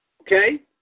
okay